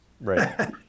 right